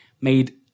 made